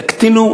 תקטינו,